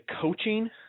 coaching